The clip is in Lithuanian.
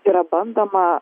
yra bandoma